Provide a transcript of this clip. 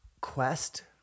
Quest